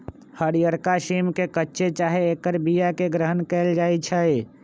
हरियरका सिम के कच्चे चाहे ऐकर बियाके ग्रहण कएल जाइ छइ